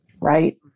right